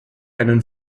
einen